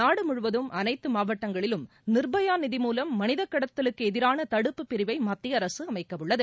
நாடு முழுவதும் அனைத்து மாவட்டங்களிலும் நிர்பயா நிதி மூவம் மனித கடத்தலுக்கு எதிரான தடுப்பு பிரிவை மத்திய அரசு அமைக்கவுள்ளது